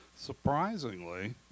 Surprisingly